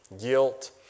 guilt